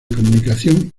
comunicación